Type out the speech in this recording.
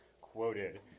quoted